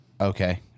Okay